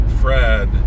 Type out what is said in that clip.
Fred